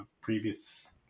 previous